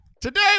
Today